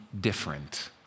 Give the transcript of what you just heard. different